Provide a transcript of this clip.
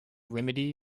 remedy